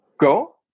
go